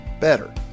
better